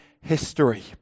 history